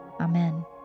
Amen